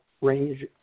range